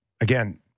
again